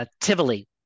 Tivoli